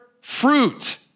fruit